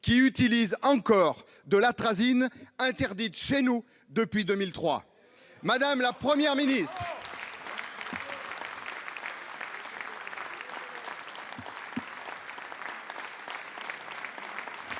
qui utilise encore de l'atrazine, interdite chez nous depuis 2003 ! Madame la Première ministre,